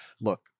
look